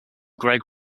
greg